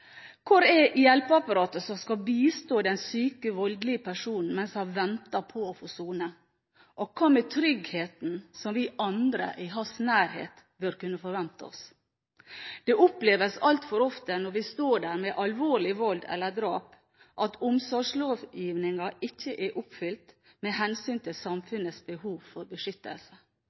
Hvor er hjelpeapparatet som skal bistå den syke, voldelige personen mens han venter på å få sone? Og hva med tryggheten som vi andre i hans nærhet bør kunne forvente oss? Det oppleves altfor ofte, når vi står der med alvorlig vold eller drap, at omsorgslovgivingen ikke er oppfylt med hensyn til samfunnets behov for beskyttelse.